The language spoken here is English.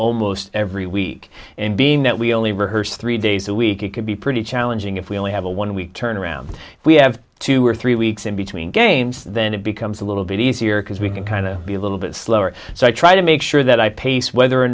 almost every week and being that we only rehearse three days a week it could be pretty challenging if we only have a one week turnaround we have two or three weeks in between games then it becomes a little bit easier because we can kind of be a little bit slower so i try to make sure that i pace whether or